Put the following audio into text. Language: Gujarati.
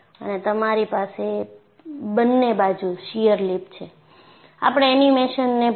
અને તમારી પાસે બંને બાજુ શીયર લિપ છે